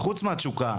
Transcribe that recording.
וחוץ מהתשוקה,